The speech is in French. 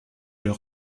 leur